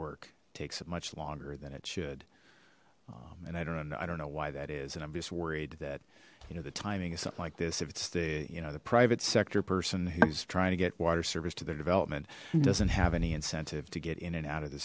work takes it much longer than it should and i don't know i don't know why that is and i'm just worried that you know the timing is something like this if it's they you know the private sector person who's trying to get water service to their development doesn't have any and senta to get in and out of the